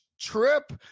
trip